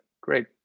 great